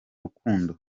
rukundo